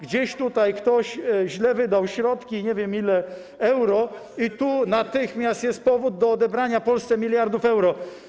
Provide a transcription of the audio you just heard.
Gdzieś tutaj ktoś źle wydał środki, nie wiem, ile euro, i natychmiast jest powód do odebrania Polsce miliardów euro.